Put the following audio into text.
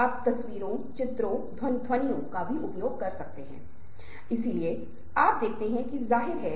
पहला सर्वेक्षण डाउनलोड किया जा सकता है यह एक पीडीएफ दस्तावेज़ है